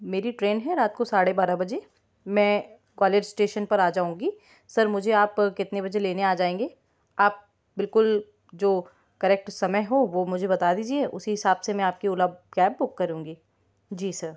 मेरी ट्रेन है रात को साढ़े बारा बजे मैं ग्वालियर इस्टेशन पर आ जाऊँगी सर मुझे आप कितने बजे लेने आ जाएंगे आप बिल्कुल जो करेक्ट समय हो वो मुझे बता दीजिए उसी हिसाब से मैं आपकी ओला कैब बुक करूँगी जी सर